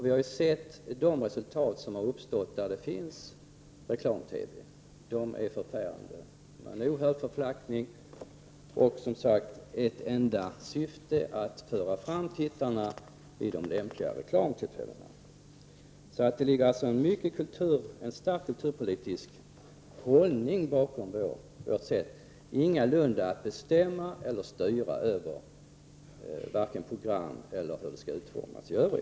Vi har sett vilka resultaten har blivit på de håll där det förekommer reklam-TV. Dessa exempel är förfärande. Det har blivit en oerhörd förflackning. Programmens enda syfte är att föra fram tittarna till reklaminslagen. Det ligger alltså en kulturpolitisk hållning bakom vår ståndpunkt och ingalunda någon önskan att få bestämma över eller styra programmens utformning.